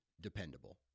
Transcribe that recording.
dependable